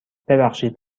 ببخشید